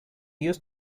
used